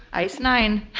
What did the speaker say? ice nine.